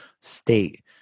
state